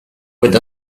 with